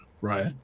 right